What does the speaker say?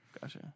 Gotcha